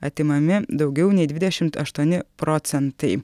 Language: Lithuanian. atimami daugiau nei dvidešimt aštuoni procentai